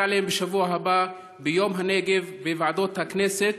בשבוע הבא ביום הנגב בוועדות הכנסת,